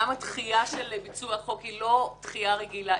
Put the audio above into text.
גם הדחייה של ביצוע החוק היא לא דחייה רגילה,